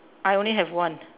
I only have one